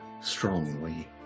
strongly